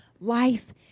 life